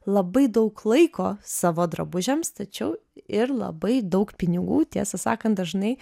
labai daug laiko savo drabužiams tačiau ir labai daug pinigų tiesą sakant dažnai